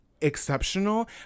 exceptional